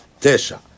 Tesha